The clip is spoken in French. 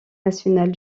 nationale